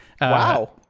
Wow